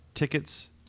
Tickets